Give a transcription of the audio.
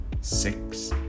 six